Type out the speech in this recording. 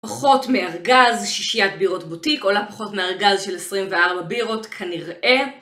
פחות מארגז שישיית בירות בוטיק, עולה פחות מארגז של 24 בירות, כנראה.